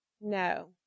no